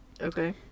Okay